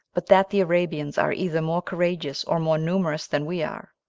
but that the arabians are either more courageous or more numerous than we are.